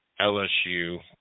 lsu